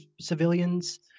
civilians